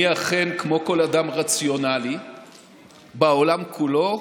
אני, אכן, כמו כל אדם רציונלי בעולם כולו,